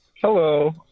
Hello